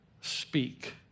speak